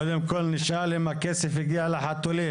בכל שנה מגדלים במשקים בארץ כ-260,000,000 תרנגולים.